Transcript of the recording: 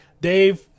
Dave